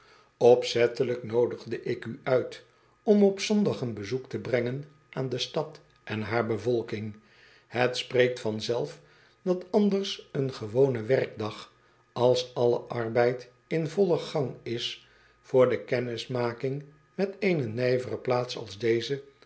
pzettelijk noodigde ik u uit om op ondag een bezoek te brengen aan de stad en haar bevolking et spreekt van zelf dat anders een gewone werkdag als alle arbeid in vollen gang is voor de kennismaking met eene nijvere plaats als deze